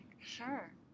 Sure